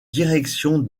direction